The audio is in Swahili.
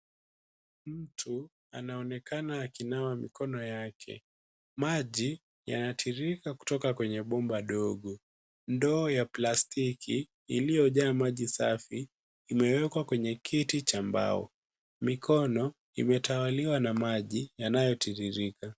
Mtu anaonekana akinawa mikono yake. Maji yanatiririka kutoka kwenye bomba ndogo. Ndoo ya plastiki iliyojaa maji safi, imewekwa kwenye kiti cha mbao. Mikono imetawaliwa na maji yanayotiririka.